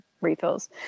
refills